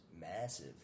massive